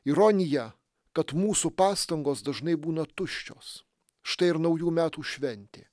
ironija kad mūsų pastangos dažnai būna tuščios štai ir naujų metų šventė